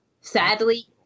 Sadly